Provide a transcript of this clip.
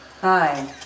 Hi